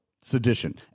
Sedition